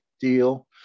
deal